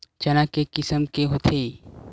चना के किसम के होथे?